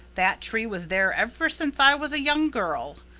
that tree was there ever since i was a young girl.